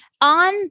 on